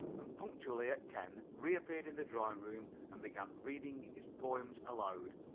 and punctually at ten reappeared in the drawing-room and began reading his poems aloud.